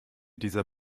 dieser